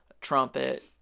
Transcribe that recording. trumpet